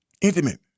intimate